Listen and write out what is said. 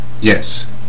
yes